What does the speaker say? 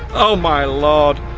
oh my lord.